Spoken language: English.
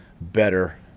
better